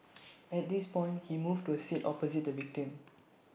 at this point he moved to A seat opposite the victim